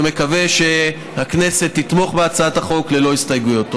ומקווה שהכנסת תתמוך בהצעת החוק ללא הסתייגויות.